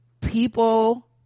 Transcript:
people